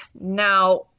now